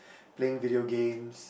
playing video games